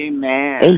Amen